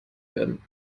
werden